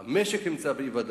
המשק נמצא באי-ודאות.